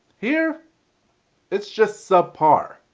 here it's just sub par.